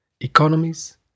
economies